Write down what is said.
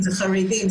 בחרדים,